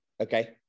Okay